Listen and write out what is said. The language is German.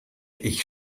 ich